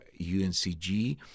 uncg